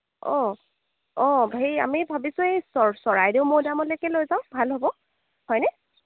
অঁ অঁ হেৰি আমি ভাবিছোঁ এই চৰ চৰাইদেউ মৈদামলৈকে লৈ যাওঁ ভাল হ'ব হয়নে